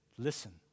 Listen